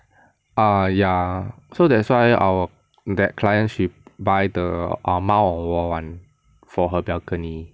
ah ya so that's why our that clients she buy the mount on wall [one] for her balcony